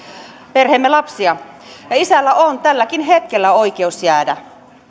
perheemme lapsia isällä on tälläkin hetkellä oikeus jäädä